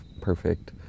perfect